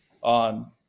on